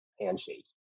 handshake